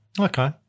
Okay